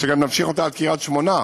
שגם נמשיך אותה עד קריית שמונה,